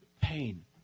pain